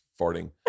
farting